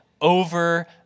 over